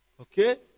Okay